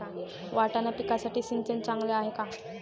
वाटाणा पिकासाठी सिंचन चांगले आहे का?